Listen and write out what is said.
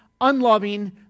unloving